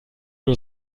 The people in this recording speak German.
nur